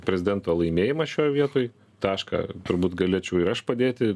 prezidento laimėjimą šioj vietoj tašką turbūt galėčiau ir aš padėti